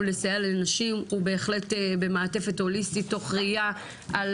לסייע לנשים הוא בהחלט במעטפת הוליסטית תוך ראייה על